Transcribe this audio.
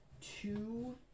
two